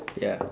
ya